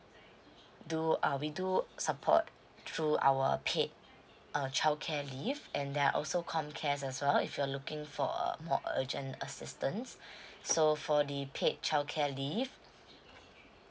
do uh we do support through our paid uh childcare leave and there com cares as well if you are looking for a more urgent assistance so for the paid childcare leave